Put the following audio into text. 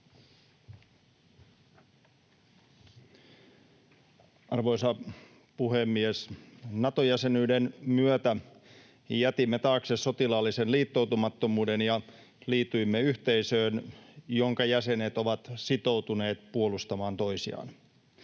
Arvoisa puhemies! Nato-jäsenyyden myötä jätimme taakse sotilaallisen liittoutumattomuuden ja liityimme yhteisöön, jonka jäsenet ovat sitoutuneet puolustamaan toisiaan.